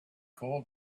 cooled